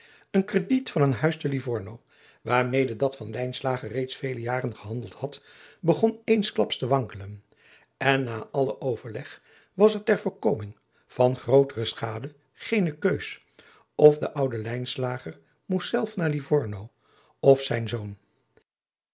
het krediet van een huis te livorno waarmede dat van lijnslager reeds vele jaren gehandeld had begon eensklaps te wankelen en na allen overleg was er ter voorkoming van grootere schade geene keus adriaan loosjes pzn het leven van maurits lijnslager of de oude lijnslager moest zelf naar livorno of zijn zoon